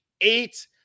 eight